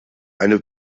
eine